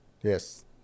Yes